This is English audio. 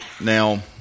Now